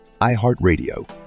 iHeartRadio